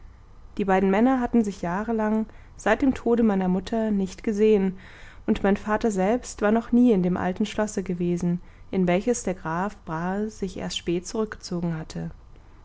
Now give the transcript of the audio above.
die beiden männer hatten sich jahrelang seit dem tode meiner mutter nicht gesehen und mein vater selbst war noch nie in dem alten schlosse gewesen in welches der graf brahe sich erst spät zurückgezogen hatte